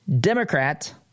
Democrat—